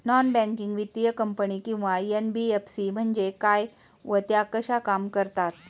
Non banking वित्तीय company किंवा NBFC म्हणजे काय व त्या कशा काम करतात?